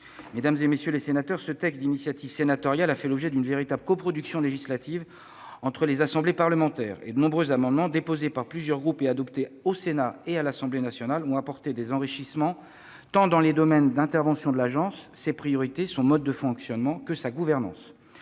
Mesdames, messieurs les sénateurs, ce texte d'initiative sénatoriale a fait l'objet d'une véritable coproduction législative entre les assemblées parlementaires. De nombreux amendements, déposés par plusieurs groupes et adoptés au Sénat et à l'Assemblée nationale, ont apporté des enrichissements en ce qui concerne tant les domaines d'intervention de l'Agence, ses priorités, son mode de fonctionnement que sa gouvernance.